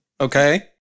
okay